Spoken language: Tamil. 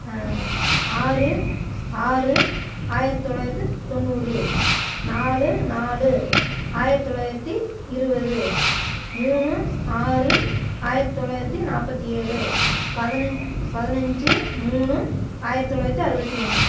ஆறு ஆறு ஆயிரத்து தொள்ளாயிரத்தி தொண்ணூறு நாலு நாலு ஆயிரத்து தொள்ளாயிரத்தி இருபது மூணு ஆறு ஆயிரத்து தொள்ளாயிரத்தி நாற்பத்தி ஏழு பதன பதினைஞ்சு மூணு ஆயிரத்து தொள்ளாயிரத்தி அறுபத்தி ஒன்று